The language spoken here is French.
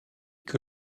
que